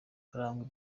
araregwa